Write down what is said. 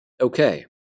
Okay